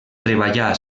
treballà